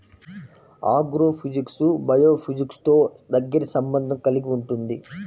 agrophysics బయోఫిజిక్స్తో దగ్గరి సంబంధం కలిగి ఉంటుంది